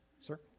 sir